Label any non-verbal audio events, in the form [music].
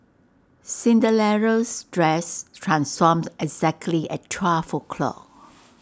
[unintelligible] dress transformed exactly at twelve o'clock